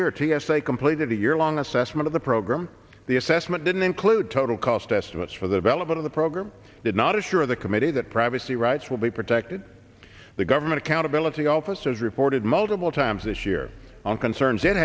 year t s a completed the yearlong assessment of the program the assessment didn't include total cost estimates for the bell of the program did not assure the committee that privacy rights will be protected the government accountability office has reported multiple times this year on concerns i